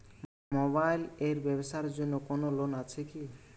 Mobile এর ব্যাবসার জন্য কোন লোন আছে কি?